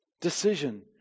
decision